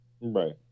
Right